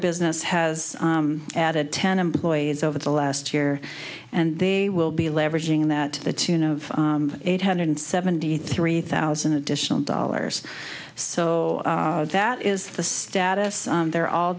business has added ten employees over the last year and they will be leveraging that to the tune of eight hundred seventy three thousand additional dollars so that is the status they're all